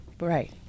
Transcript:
Right